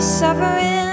suffering